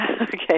Okay